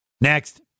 Next